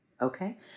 Okay